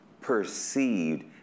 perceived